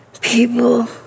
people